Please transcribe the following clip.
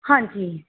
ਹਾਂਜੀ